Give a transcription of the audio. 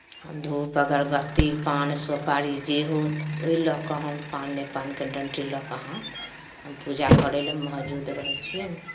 हम धूप अगरबत्ती पान सुपारी जे होत ओहि लऽ कऽ हम पान नहि पानके डण्टी लऽ कऽ अहाँके हम पूजा करय लेल मौजूद रहै छियै